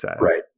right